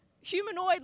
humanoid